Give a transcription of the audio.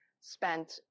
spent